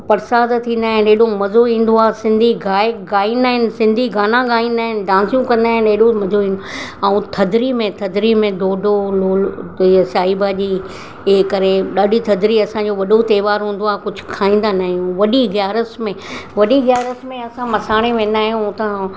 प्रसाद थींदा आहिनि एॾो मज़ो ईंदो आहे सिंधी गाए गाईंदा आहिनि सिंधी गाना गाईंदा आहिनि डांसियूं कंदा आहिनि हेॾो मज़ो ईंदो ऐं थधिड़ी में थधिड़ी में ॾोॾो लोलो त ईअं साईं भाॼी हे करे ॾाढी थधिड़ी असांजो ॾाढो वॾो त्योहार हूंदो आहे कुझु खाईंदा ना आहियूं वॾी ग्यारसि में वॾी ग्यारसि में असां मसाणे वेंदा आहियूं हुतां